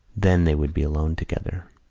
then they would be alone together.